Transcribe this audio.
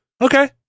Okay